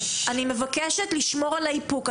אני מבקשת לשמור על האיפוק.